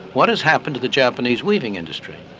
what has happened to the japanese weaving industry?